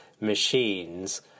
machines